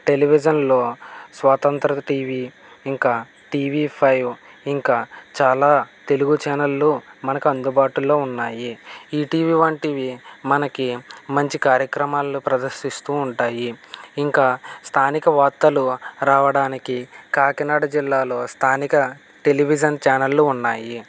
టెలివిజన్లో స్వతంత్ర టీవీ ఇంకా టీవీ ఫైవ్ ఇంకా చాలా తెలుగు ఛానళ్ళు మనకు అందుబాటులో ఉన్నాయి ఈటీవీ వంటివి మనకి మంచి కార్యక్రమాలని ప్రదర్శిస్తూ ఉంటాయి ఇంకా స్థానిక వార్తలు రావడానికి కాకినాడ జిల్లాలో స్థానిక టెలివిజన్ ఛానళ్ళు ఉన్నాయి